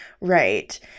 Right